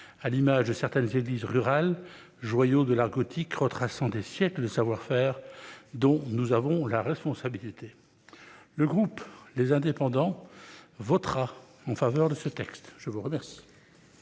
tels que certaines églises rurales, joyaux de l'art gothique retraçant des siècles de savoir-faire, dont nous avons la responsabilité. Le groupe Les Indépendants votera en faveur de ce texte. La parole